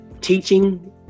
teaching